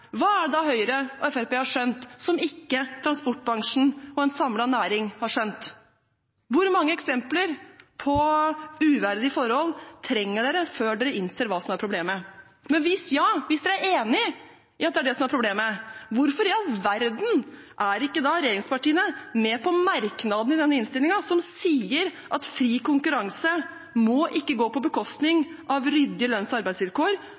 hva er det da Høyre og Fremskrittspartiet har skjønt som ikke transportbransjen og en samlet næring har skjønt? Hvor mange eksempler på uverdige forhold trenger dere før dere innser hva som er problemet? Men hvis ja, hvis dere er enig i at det er det som er problemet, hvorfor i all verden er ikke da regjeringspartiene med på merknadene i denne innstillingen som sier at fri konkurranse ikke må gå på bekostning av ryddige lønns- og arbeidsvilkår,